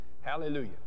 hallelujah